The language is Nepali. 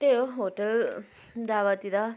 त्यही हो होटल ढाबातिर